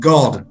God